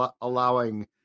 allowing